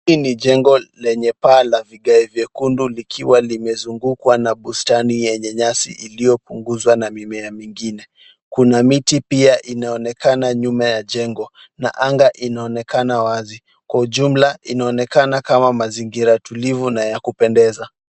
Hili ni jengo lenye paa ya vigae vyekundu likiwa limezungukwa na bustani yenye nyasi iliyopunguzwa na mimea mingine. Kuna miti pia inaonekana nyuma ya jengo na anga inaonekana wazi. Kwa ujumla inaonekana kama mazingira tulivu na ya kupendeza.